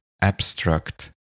abstract